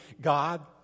God